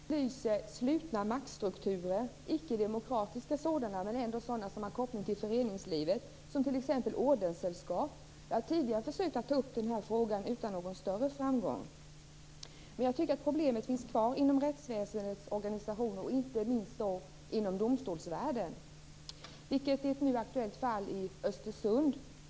Fru talman! Jag har en fråga till statsrådet Laila Freivalds. Jag tycker att det är väldigt viktigt att vi belyser slutna maktstrukturer, icke-demokratiska sådana, men sådana som ändå har koppling till föreningslivet. Det gäller t.ex. ordenssällskap. Jag har tidigare försökt att ta upp den här frågan utan någon större framgång. Jag tycker dock att problemet finns kvar inom rättsväsendets organisation, och inte minst inom domstolsvärlden. Det visar ett nu aktuellt fall i Östersund.